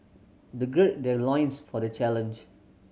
they gird their loins for the challenge